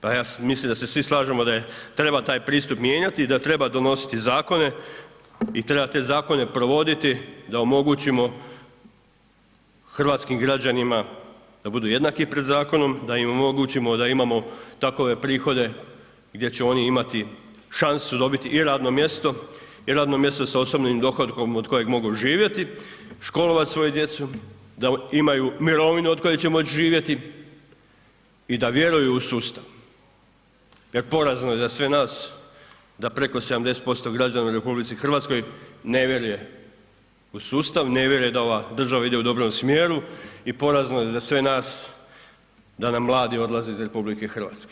Pa ja sam mislio da se svi slažemo da treba taj pristup mijenjati i da treba donositi zakone i treba te zakone provoditi da omogućimo hrvatskim građanima da budu jednaki pred zakonom, da im omogućimo da imamo takve prihode gdje će oni imati šansu dobiti i radno mjesto i radno mjesto sa osobnim dohotkom od kojeg mogu živjeti, školovat svoju djecu, da imaju mirovine od kojih će moći živjeti i da vjeruju u sustav jer porazno je za sve nas da preko 70% građana u RH ne vjeruje u sustav, ne vjeruje da ova država ide u dobrom smjeru i porazno je za sve nas da nam mladi odlaze iz RH.